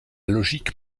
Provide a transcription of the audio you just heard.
logique